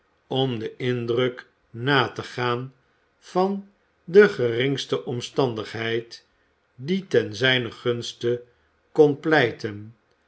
om den indruk na te gaan van de geringste omstandigheid die ten zijnen gunste kon